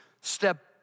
step